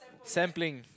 sampling